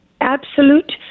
absolute